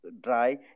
dry